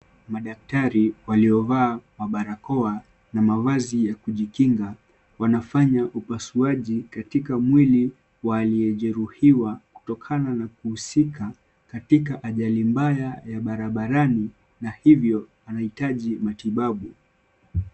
Madaktari waliovaa mabarakoa na mavazi ya kujikinga, wanafanya upasuaji katika mwili wa aliyejeruhiwa kutokana na kuhusika katika ajali mbaya ya barabarani na hivyo anahitaji matibabu.